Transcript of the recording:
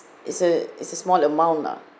it's a it's a small amount lah